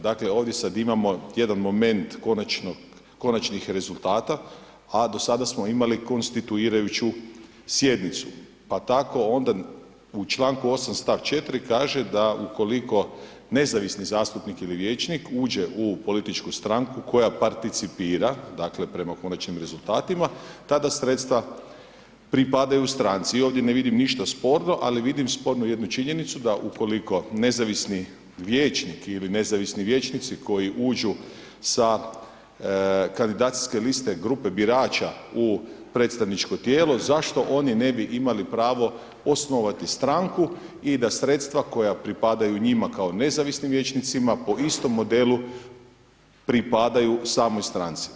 Dakle ovdje sad imamo jedan moment konačnih rezultata a do sada smo imali konstituirajuću sjednicu pa tako onda u članku 8. stavak 4. kaže da ukoliko nezavisni zastupnik ili vijećnik uđe u političku stranku koja participira, dakle prema konačnim rezultatima, tada sredstva pripadaju stranci i ovdje ne vidim ništa sporno ali vidim sporno jednu činjenicu da ukoliko nezavisni vijećnik ili nezavisni vijećnici koji uđu sa kandidacijske liste grupe birača u predstavničko tijelo, zašto oni ne bi imali pravo osnovati stranku i da sredstva koja pripadaju njima kao nezavisnim vijećnicima po istom modelu pripadaju samoj stranci.